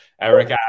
Eric